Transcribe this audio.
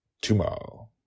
tomorrow